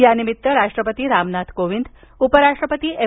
या निमित्त राष्ट्रपती रामनाथ कोविंद उपराष्ट्रपती एम